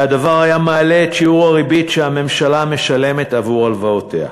והדבר היה מעלה את שיעור הריבית שהממשלה משלמת עבור הלוואותיה.